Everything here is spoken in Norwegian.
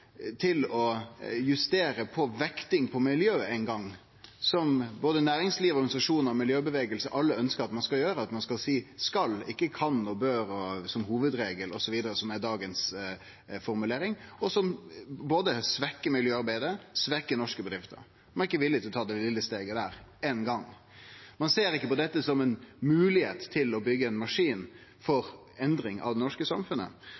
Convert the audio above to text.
justere på vekting på miljø eingong, som alle, både næringslivet, organisasjonar og miljøbevegelsen, ønsker at ein skal gjere, at ein skal seie «skal», ikkje «kan», «bør», «som hovudregel» osv., som er dagens formulering, og som svekker både miljøarbeidet og norske bedrifter. Ein er ikkje villig til å ta det vesle steget der eingong. Ein ser ikkje på dette som ei moglegheit til å byggje ein maskin for endring av det norske samfunnet.